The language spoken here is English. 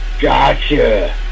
Gotcha